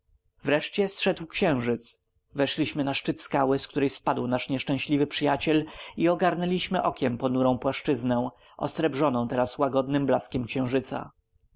wreszcie zeszedł księżyc weszliśmy na szczyt skały z której spadł nasz nieszczęśliwy przyjaciel i ogarnęliśmy okiem ponurą płaszczyznę osrebrzoną teraz łagodnym blaskiem księżyca